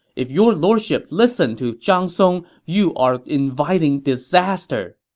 if your lordship listen to zhang song, you are inviting disaster!